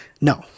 No